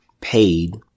paid